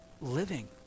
living